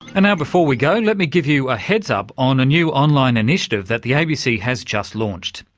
and now before we go, let me give you a heads-up on a new online initiative that the abc has just launched.